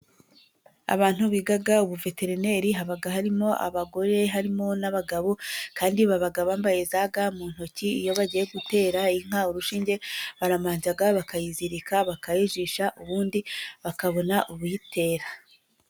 Abantu biga ubuveterineri haba harimo abagore harimo n'abagabo, kandi baba bambaye za ga mu ntoki iyo bagiye gutera inka urushinge. barabanza bakayizirika bakayijisha ubundi bakabona ubuyitera.